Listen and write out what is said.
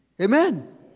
Amen